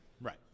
right